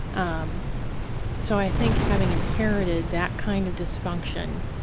um so, i think having inherited that kind of dysfunction,